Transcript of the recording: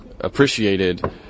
appreciated